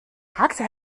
hakte